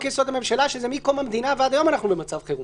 יסוד: הממשלה מקום המדינה ועד היום אנחנו במצב חירום.